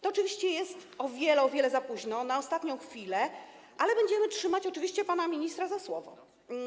To oczywiście jest o wiele, o wiele za późno, na ostatnią chwilę, ale będziemy trzymać pana ministra za słowo.